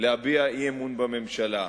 להביע אי-אמון בממשלה.